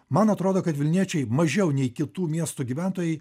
man atrodo kad vilniečiai mažiau nei kitų miestų gyventojai